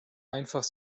einfach